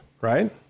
right